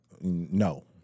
No